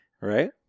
right